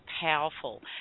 powerful